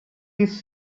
his